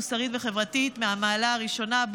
מוסרית וחברתית מהמעלה הראשונה.